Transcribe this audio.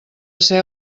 ser